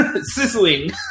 sizzling